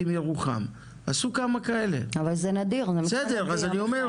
אז מה השלבים שם?